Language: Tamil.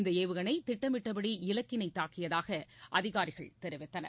இந்த ஏவுகணை திட்டமிட்டபடி இலக்கினை தாக்கியதாக அதிகாரிகள் தெரிவித்தனர்